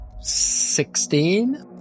Sixteen